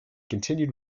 continued